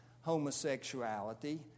homosexuality